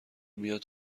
میاد